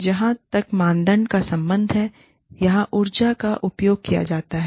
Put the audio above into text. जहाँ तक मानदंड का संबंध है यहाँ ऊर्जा का उपयोग किया जाता है